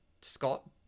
scott